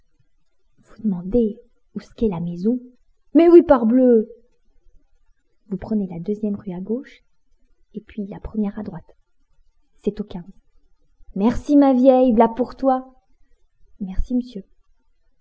vous demandez ousqu'est la maison mais oui parbleu vous prenez la deuxième rue à gauche et puis la première à droite c'est au merci ma vieille v'là pour toi merci m'sieu